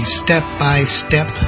step-by-step